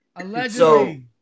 Allegedly